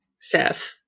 Seth